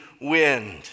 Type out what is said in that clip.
wind